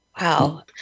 Wow